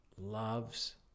loves